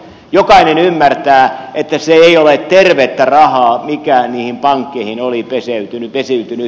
jokainen ymmärtää että se ei ole tervettä rahaa mikä niihin pankkeihin oli pesiytynyt